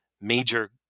major